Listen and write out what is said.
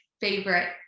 favorite